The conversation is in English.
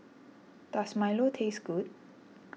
Does Milo taste good